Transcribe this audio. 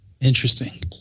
Interesting